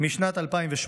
משנת 2008,